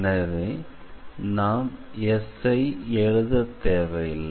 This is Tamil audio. எனவே நாம் S ஐ எழுதத் தேவையில்லை